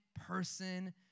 person